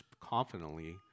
confidently